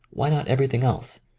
why not every thing else?